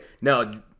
No